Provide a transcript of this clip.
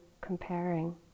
comparing